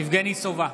יבגני סובה,